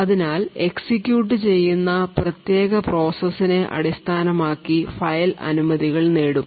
അതിനാൽ എക്സിക്യൂട്ട് ചെയ്യുന്ന പ്രത്യേക പ്രോസസ്സിനെ അടിസ്ഥാനമാക്കി ഫയൽ അനുമതികൾ നേടും